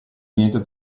niente